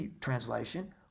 translation